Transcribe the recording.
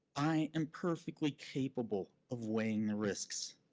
i am perfectly capable of weighing the risks.